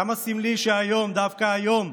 כמה סמלי שהיום, דווקא היום,